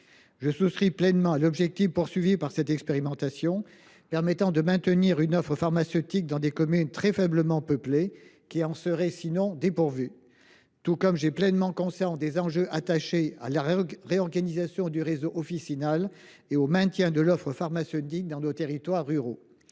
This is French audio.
Je souscris pleinement à l’objectif visé par cette expérimentation, qui permet de maintenir une offre pharmaceutique dans des communes très faiblement peuplées qui en seraient, sinon, dépourvues. Par ailleurs, j’ai pleinement conscience des enjeux attachés à la réorganisation du réseau officinal et au maintien de l’offre pharmaceutique dans nos territoires ruraux.